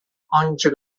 آنچه